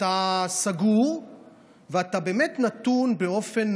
אתה סגור ואתה באמת נתון באופן